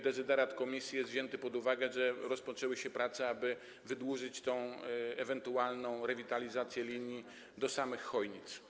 Dezyderat komisji jest wzięty pod uwagę, rozpoczęły się prace, aby wydłużyć ewentualną rewitalizację linii do samych Chojnic.